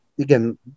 again